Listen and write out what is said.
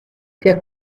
der